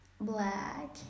black